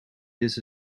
this